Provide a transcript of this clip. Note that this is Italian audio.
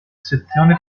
sezione